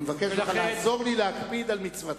אני מבקש לעזור לי להקפיד על מצוותך.